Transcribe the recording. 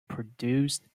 produced